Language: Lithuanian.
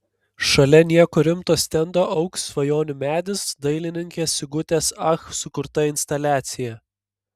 šalia nieko rimto stendo augs svajonių medis dailininkės sigutės ach sukurta instaliacija